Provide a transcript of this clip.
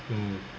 mm